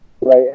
Right